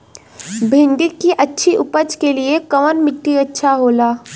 भिंडी की अच्छी उपज के लिए कवन मिट्टी अच्छा होला?